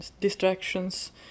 distractions